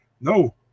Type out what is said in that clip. No